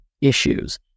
issues